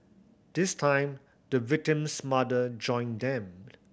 this time the victim's mother joined them